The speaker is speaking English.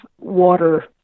water